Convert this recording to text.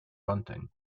bunting